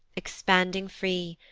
expanding free,